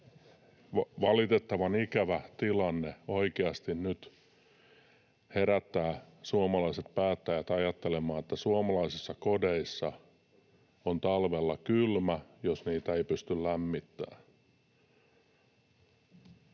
valitettavan ikävä tilanne oikeasti nyt herättää suomalaiset päättäjät ajattelemaan, että suomalaisissa kodeissa on talvella kylmä, jos niitä ei pysty lämmittämään.